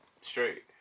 Straight